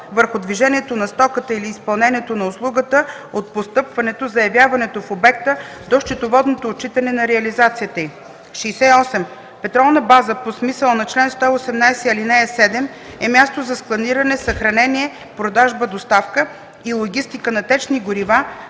върху движението на стоката или изпълнението на услугата от постъпването/заявяването в обекта до счетоводното отчитане на реализацията й. 68. „Петролна база” по смисъла на чл. 118, ал. 7 е място за складиране, съхранение, продажба/доставка и логистика на течни горива,